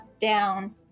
down